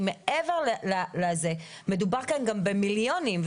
מעבר לזה, מדובר כאן במיליונים.